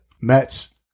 Mets